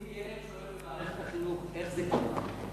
אם ילד שואל במערכת החינוך: איך זה קרה?